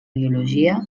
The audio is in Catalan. biologia